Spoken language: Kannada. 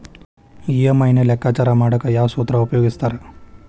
ಇ.ಎಂ.ಐ ನ ಲೆಕ್ಕಾಚಾರ ಮಾಡಕ ಯಾವ್ ಸೂತ್ರ ಉಪಯೋಗಿಸ್ತಾರ